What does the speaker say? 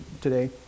today